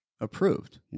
approved